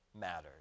matters